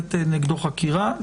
מתנהלת נגדו חקירה.